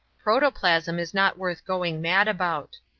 protoplasm is not worth going mad about.